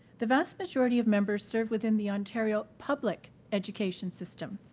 the vast majority of members serve within the ontario public education system.